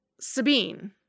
Sabine